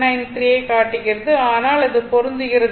793 ஐக் காட்டுகிறது ஆனால் அது பொருந்துகிறது